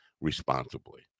responsibly